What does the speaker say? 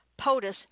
POTUS